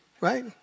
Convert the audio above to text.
Right